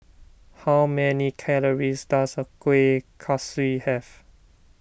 how many calories does a serving of Kueh Kaswi have